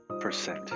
percent